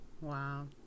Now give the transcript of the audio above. Wow